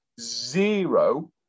zero